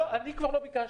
לא, אני לא ביקשתי.